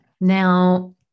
Now